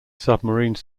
submarine